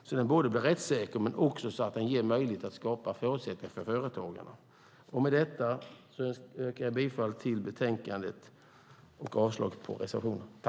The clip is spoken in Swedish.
Den måste vara både rättssäker och ge möjligheter att skapa förutsättningar för företagarna. Med detta yrkar jag bifall till förslaget i betänkandet och avslag på reservationerna.